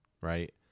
right